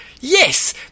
Yes